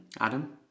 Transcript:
Adam